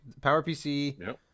PowerPC